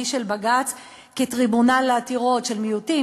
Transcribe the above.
של בג"ץ כטריבונל לעתירות של מיעוטים,